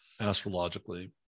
astrologically